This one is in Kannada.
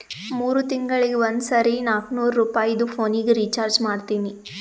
ಮೂರ್ ತಿಂಗಳಿಗ ಒಂದ್ ಸರಿ ನಾಕ್ನೂರ್ ರುಪಾಯಿದು ಪೋನಿಗ ರೀಚಾರ್ಜ್ ಮಾಡ್ತೀನಿ